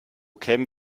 kämen